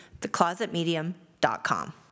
theclosetmedium.com